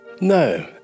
No